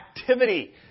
activity